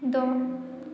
द'